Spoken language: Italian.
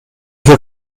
che